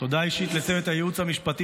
--- תודה אישית לצוות הייעוץ המשפטי